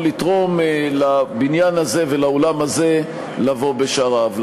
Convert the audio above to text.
לתרום לבניין הזה ולאולם הזה לבוא בשעריו.